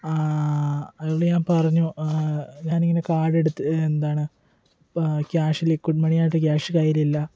അയാളോട് ഞാൻ പറഞ്ഞു ഞാനിങ്ങനെ കാർഡ് എടുത്ത് എന്താണ് ക്യാഷ് ലിക്വിഡ് മണിയായിട്ട് ക്യാഷ് കയ്യിലില്ല